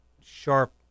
sharp